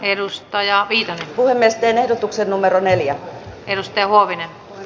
edustaja viita puhemiesten ehdotuksen numero neljä edustajaa